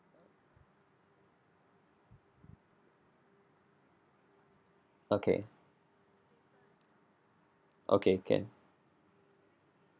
okay okay can